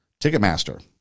Ticketmaster